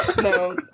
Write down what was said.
no